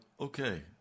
okay